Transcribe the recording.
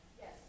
Yes